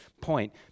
point